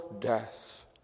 death